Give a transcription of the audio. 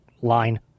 line